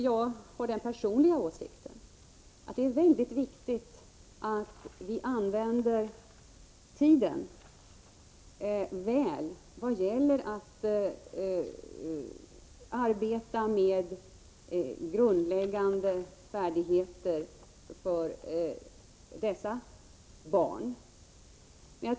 Jag har den personliga åsikten att det är väldigt viktigt att vi använder tiden väl när det gäller att arbeta med grundläggande färdigheter för dessa barn.